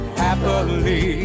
happily